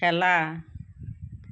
খেলা